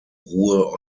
ruhr